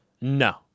No